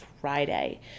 Friday